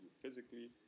physically